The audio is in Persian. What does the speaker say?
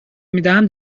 میدهم